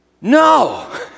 No